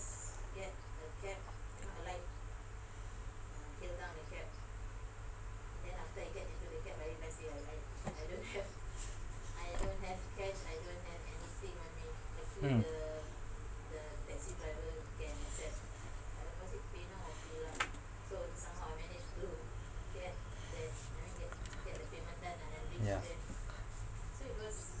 mm ya